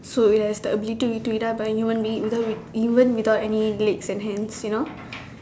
so it has the ability to eat to eat up a human being without even without any legs and hands you know